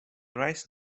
rice